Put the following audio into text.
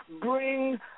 bring